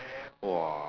!wah!